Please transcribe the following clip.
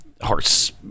horse